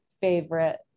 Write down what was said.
favorite